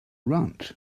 ranch